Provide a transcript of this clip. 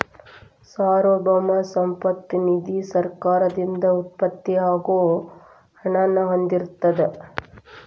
ಸಾರ್ವಭೌಮ ಸಂಪತ್ತ ನಿಧಿ ಸರ್ಕಾರದಿಂದ ಉತ್ಪತ್ತಿ ಆಗೋ ಹಣನ ಹೊಂದಿರತ್ತ